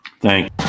thank